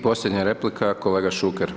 I posljednja replika kolega Šuker.